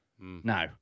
No